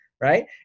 right